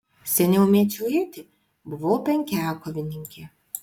seniau mėčiau ietį buvau penkiakovininkė